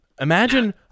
Imagine